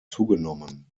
zugenommen